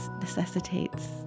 necessitates